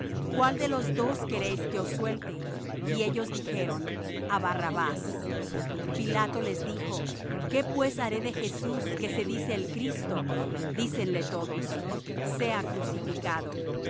cuál de los dos queréis que os suelte y ellos dijeron á barrabás pilato les dijo qué pues haré de jesús que se dice el cristo dícenle todos sea crucificado